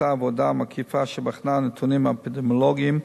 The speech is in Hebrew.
בוצעה עבודה מקיפה שבחנה נתונים אפידמיולוגים,